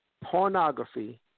pornography